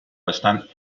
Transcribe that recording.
bastant